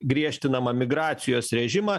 griežtinamą migracijos režimą